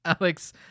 alex